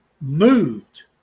moved